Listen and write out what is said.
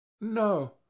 No